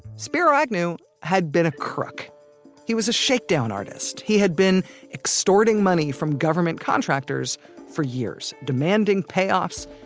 spiro agnew had been a crook he was a shakedown artist. he had been extorting money from government contractors for years, demanding payoffs,